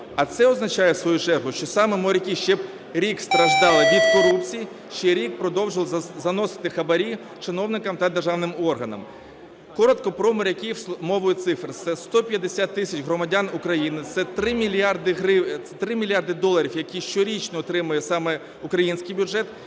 в свою чергу, що саме моряки ще б рік страждали від корупції, ще рік продовжували заносити хабарі чиновникам та державним органам. Коротко про моряків мовою цифр. 150 тисяч громадян України – це 3 мільярди доларів, які щорічно отримує саме український бюджет